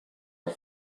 are